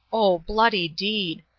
oh, bloody deed!